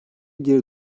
geri